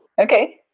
okay.